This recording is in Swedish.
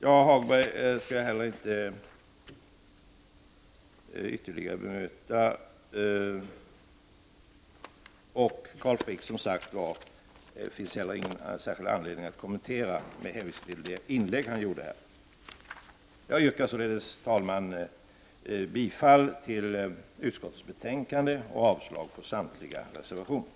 Jag skall inte ytterligare bemöta Lars-Ove Hagberg, och det finns som sagt inte heller någon särskild anledning att kommentera det inlägg Carl Frick här gjorde. Herr talman! Jag yrkar således bifall till utskottets hemställan och avslag på samtliga reservationer.